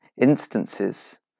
instances